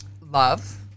love